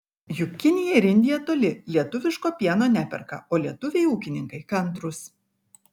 juk kinija ir indija toli lietuviško pieno neperka o lietuviai ūkininkai kantrūs